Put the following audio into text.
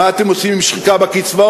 מה אתם עושים עם השחיקה בקצבאות?